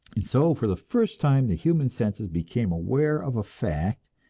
and so for the first time the human senses became aware of a fact,